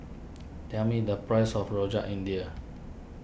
tell me the price of Rojak India